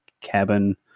cabin